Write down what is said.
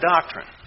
doctrine